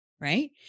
Right